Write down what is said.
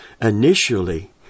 initially